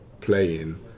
playing